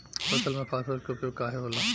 फसल में फास्फोरस के उपयोग काहे होला?